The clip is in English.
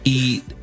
eat